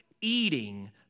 eating